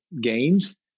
gains